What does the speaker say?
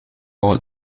all